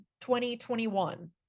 2021